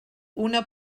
una